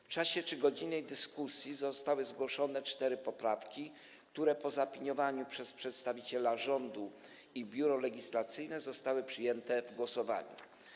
W czasie trzygodzinnej dyskusji zostały zgłoszone cztery poprawki, które po zaopiniowaniu przez przedstawiciela rządu i Biuro Legislacyjne zostały przyjęte w głosowaniu.